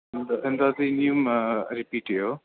എന്താ എന്താ ഇതിനിയും റിപ്പീറ്റ് ചെയ്യുമോ